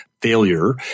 failure